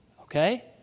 Okay